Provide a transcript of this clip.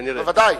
בוודאי.